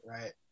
Right